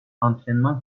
antrenman